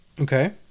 Okay